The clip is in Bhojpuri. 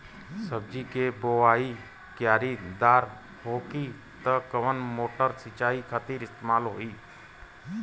सब्जी के बोवाई क्यारी दार होखि त कवन मोटर सिंचाई खातिर इस्तेमाल होई?